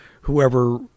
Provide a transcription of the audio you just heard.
whoever